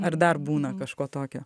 ar dar būna kažko tokio